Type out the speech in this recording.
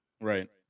right